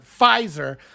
Pfizer